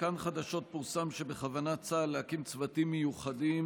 בכאן חדשות פורסם שבכוונת צה"ל להקים צוותים מיוחדים